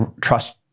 trust